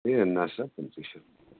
ہے نہَ سا پٕنٛژٕہ شتھ